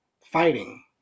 fighting